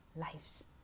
lives